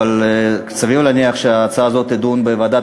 אבל סביר להניח שההצעה הזאת תידון בוועדת